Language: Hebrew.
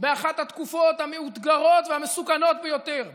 באחת התקופות המאותגרות והמסוכנות ביותר בריאותית,